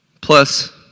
plus